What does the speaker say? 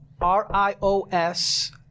R-I-O-S